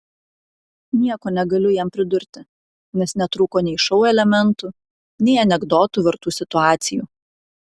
nieko negaliu jam pridurti nes netrūko nei šou elementų nei anekdotų vertų situacijų